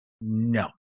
No